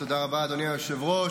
תודה רבה, אדוני היושב-ראש.